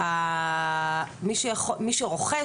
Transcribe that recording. מי שרוכש,